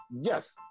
Yes